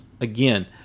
again